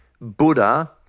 Buddha